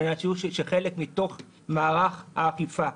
על מנת שיהיו חלק מתוך מערך האכיפה.